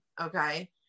okay